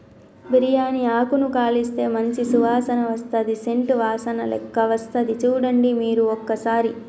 బిరియాని ఆకును కాలిస్తే మంచి సువాసన వస్తది సేంట్ వాసనలేక్క వస్తది చుడండి మీరు ఒక్కసారి